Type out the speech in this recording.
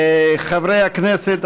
חברי הכנסת,